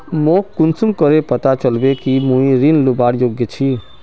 मोक कुंसम करे पता चलबे कि मुई ऋण लुबार योग्य छी?